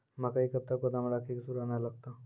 मकई कब तक गोदाम राखि की सूड़ा न लगता?